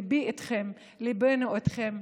ליבי איתכם, ליבנו איתכם.